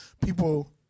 people